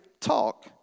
talk